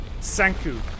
Sanku